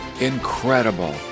incredible